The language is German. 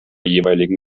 jeweiligen